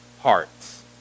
hearts